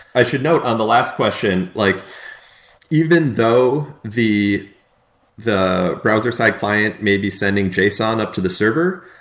i should note on the last question, like even though the the browser side client may be sending json up to the server,